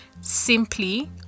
simply